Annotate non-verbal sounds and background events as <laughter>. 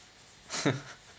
<laughs>